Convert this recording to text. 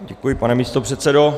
Děkuji, pane místopředsedo.